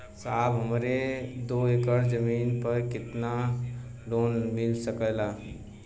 साहब हमरे दो एकड़ जमीन पर कितनालोन मिल सकेला?